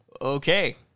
Okay